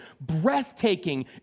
breathtaking